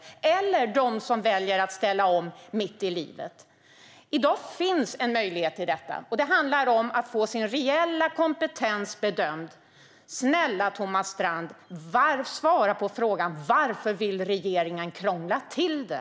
Och hur blir det för dem som väljer att ställa om mitt i livet? I dag finns en möjlighet till detta. Det handlar om att få sin reella kompetens bedömd. Snälla, Thomas Strand, svara på frågan: Varför vill regeringen krångla till det?